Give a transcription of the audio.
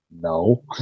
no